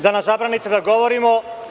da nam zabranite da govorimo.